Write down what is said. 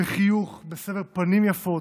בחיוך, בסבר פנים יפות.